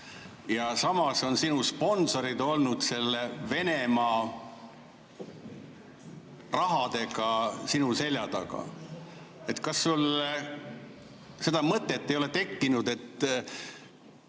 Samas on sinu sponsorid olnud sellesama Venemaa rahadega sinu selja taga. Kas sul seda mõtet ei ole tekkinud, et